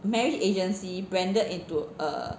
marriage agency branded into a